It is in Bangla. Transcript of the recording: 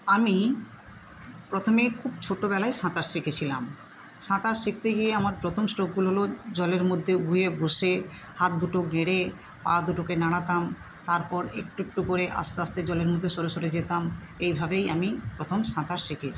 আমি প্রথমে খুব ছোটবেলায় সাঁতার শিখেছিলাম সাঁতার শিখতে গিয়ে আমার প্রথম স্ট্রোক হল জলের মধ্যে উবু হয়ে বসে হাত দুটো গেঁড়ে পা দুটোকে নাড়াতাম তারপর একটু একটু করে আসতে আসতে জলের মধ্যে সরে সরে যেতাম এইভাবেই আমি প্রথম সাঁতার শিখেছি